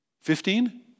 Fifteen